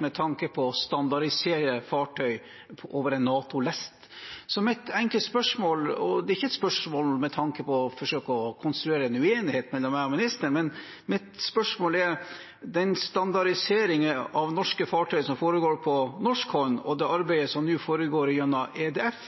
med tanke på å standardisere fartøy – over en NATO-lest. Så mitt enkle spørsmål – og det er ikke et spørsmål med tanke på å forsøke å konstruere en uenighet mellom meg og ministeren – er: Den standardiseringen av norske fartøy som foregår på norsk hånd, og det arbeidet som nå foregår gjennom EDF,